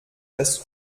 das